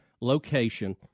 location